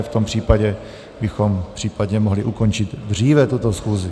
V tom případě bychom případně mohli ukončit dříve tuto schůzi.